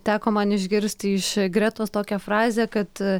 teko man išgirsti iš gretos tokią frazę kad